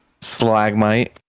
slagmite